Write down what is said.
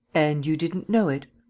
and you didn't know it?